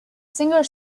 singer